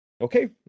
Okay